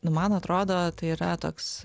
nu man atrodo tai yra toks